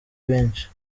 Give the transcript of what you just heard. benshi